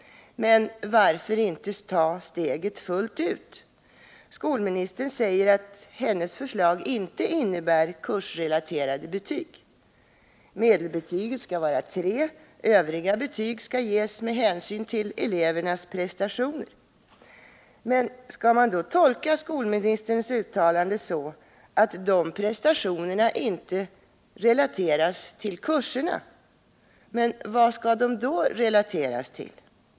Men varför inte ta steget fullt ut? Skolministern säger att hennes förslag inte innebär kursrelaterade betyg. Medelbetyget skall vara tre, och övriga betyg skall ges med hänsyn till elevernas prestationer. Skall man tolka skolministerns uttalande så, att de prestationerna inte skall relateras till kurserna? Men vad skall de då relateras till?